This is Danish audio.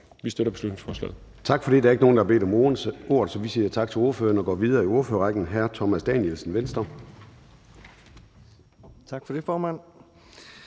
Vi støtter beslutningsforslaget.